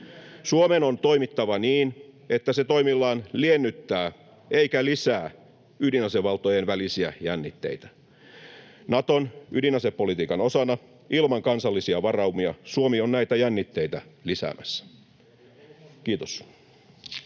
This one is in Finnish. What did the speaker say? Suomen on toimittava niin, että se toimillaan liennyttää eikä lisää ydinasevaltojen välisiä jännitteitä. Naton ydinasepolitiikan osana ilman kansallisia varaumia Suomi on näitä jännitteitä lisäämässä. — Kiitos.